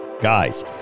Guys